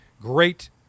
great